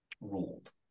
ruled